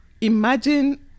imagine